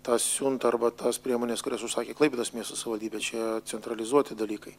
tą siuntą arba tas priemones kurias užsakė klaipėdos miesto savivaldybė čia centralizuoti dalykai